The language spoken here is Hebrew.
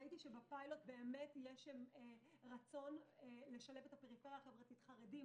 ראיתי שבפיילוט באמת יש רצון לשלב את הפריפריה החברתית: חרדים,